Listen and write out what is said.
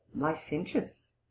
licentious